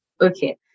Okay